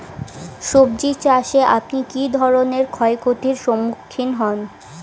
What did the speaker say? সবজী চাষে আপনি কী ধরনের ক্ষয়ক্ষতির সম্মুক্ষীণ হন?